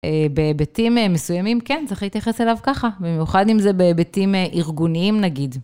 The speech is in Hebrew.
בהיבטים מסוימים כן, צריך להתייחס אליו ככה, במיוחד אם זה בהיבטים ארגוניים נגיד.